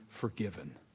forgiven